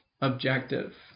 objective